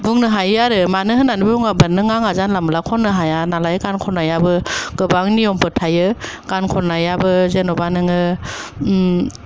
बुंनो हायो आरो मानो होननानै बुङोब्ला नों आङा जानला मोनला खननो हाया नालाय गान खननायाबो गोबां नियमफोर थायो गान खननायाबो जेन'बा नोङो ओम